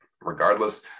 regardless